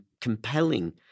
compelling